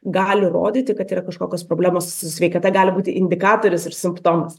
gali rodyti kad yra kažkokios problemos su sveikata gali būti indikatorius ir simptomas